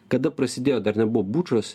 kada prasidėjo dar nebuvo bučos